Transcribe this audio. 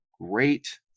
Great